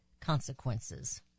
consequences